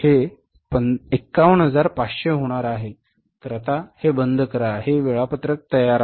हे 51500 होणार आहे तर आता हे बंद करा हे वेळापत्रक तयार आहे